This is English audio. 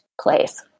place